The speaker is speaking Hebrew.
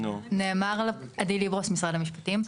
עדי לברוס, משרד המשפטים.